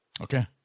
Okay